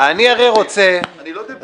אני לא דביל.